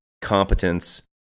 competence